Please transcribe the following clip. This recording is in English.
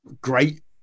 great